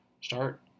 start